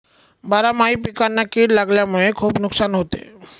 बारामाही पिकांना कीड लागल्यामुळे खुप नुकसान होते